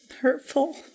hurtful